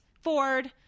Ford